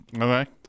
Okay